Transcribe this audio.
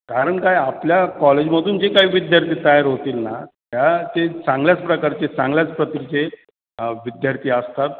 कारण काय आपल्या कॉलेजमधून जे काही विद्यार्थी तयार होतील ना त्या ते चांगल्याच प्रकारचे चांगल्याच प्रतीचे विद्यार्थी असतात